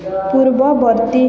ପୂର୍ବବର୍ତ୍ତୀ